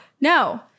No